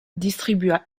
distribua